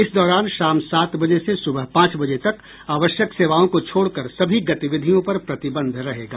इस दौरान शाम सात बजे से सुबह पांच बजे तक आवश्यक सेवाओं को छोड़कर सभी गतिविधियों पर प्रतिबंध रहेगा